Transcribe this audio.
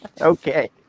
okay